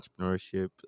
entrepreneurship